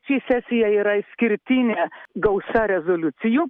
ši sesija yra išskirtinė gausa rezoliucijų